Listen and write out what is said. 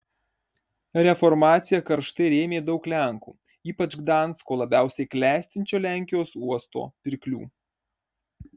reformaciją karštai rėmė daug lenkų ypač gdansko labiausiai klestinčio lenkijos uosto pirklių